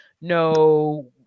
No